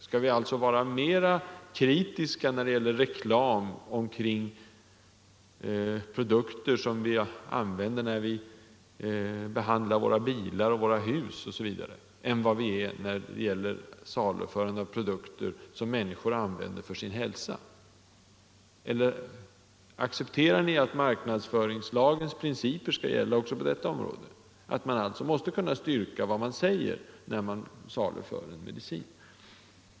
Skall vi alltså vara mera kritiska när det gäller reklam omkring produkter som vi använder till våra bilar, våra hus osv. än vad vi är när det gäller saluförande av produkter som människor använder för sin hälsa? Eller accepterar ni att marknadsföringslagens principer skall gälla också på detta område, och att man alltså måste kunna styrka vad man säger när man saluför en medicin?